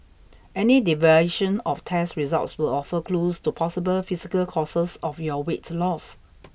any deviation of test results will offer clues to possible physical causes of your weight loss